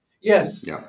Yes